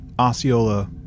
Osceola